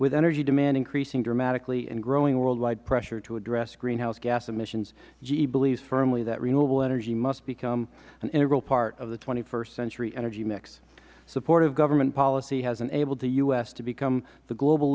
with energy demand increasing dramatically and growing worldwide pressure to address greenhouse gas emissions ge believes firmly that renewable energy must become an integral part of the st century energy mix supportive government policy has enabled the u s to become the global